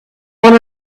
one